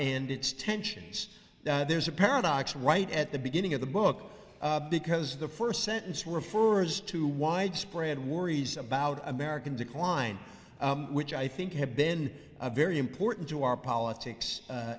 nd it's tensions there's a paradox right at the beginning of the book because the first sentence refers to widespread worries about american decline which i think have been a very important to our politics